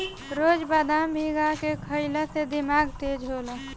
रोज बदाम भीगा के खइला से दिमाग तेज होला